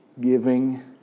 giving